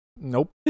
Nope